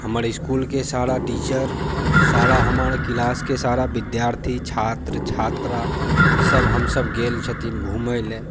हमर इसकुलके सारा टीचर सारा हमर सारा क्लासके सारा विद्यार्थी छात्र छात्रा सभ हमसभ गेल छथिन घुमै लऽ